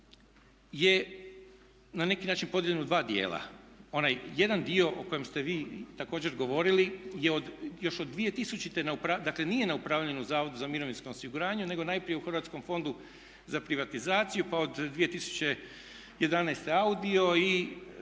je na neki način podijeljen u dva dijela, onaj jedan dio o kojem ste vi također govorili je još od 2000. dakle nije na upravljanju u Zavodu za mirovinsko osiguranje nego najprije u Hrvatskom fondu za privatizaciju pa od 2011. AUDIO i